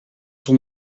sur